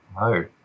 No